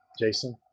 Jason